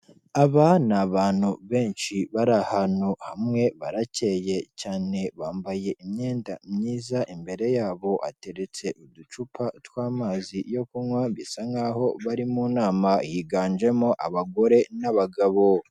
Aba ni abantu benshi bari ahantu hamwe baracyeye cyane bambaye imyenda myiza, imbere yabo hateretse uducupa tw'amazi yo kunywa bisa nkaho bari mu nama, higanjemo abagore n'abagabo.